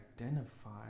identify